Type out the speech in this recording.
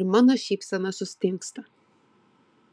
ir mano šypsena sustingsta